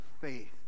faith